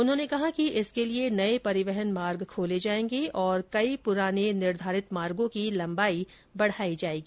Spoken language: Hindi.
उन्होंने कहा कि इसके लिये नये परिवहन मार्ग खोले जाएंगे तथा कई पुराने निर्धारित परिवहन मार्गों की लम्बाई बढाई जाएगी